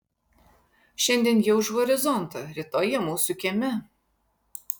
šiandien jie už horizonto rytoj jie mūsų kieme